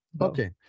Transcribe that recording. Okay